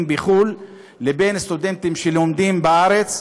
בחו"ל לבין סטודנטים שלומדים בארץ,